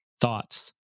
thoughts